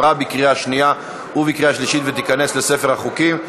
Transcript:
עברה בקריאה שנייה ובקריאה שלישית ותיכנס לספר החוקים.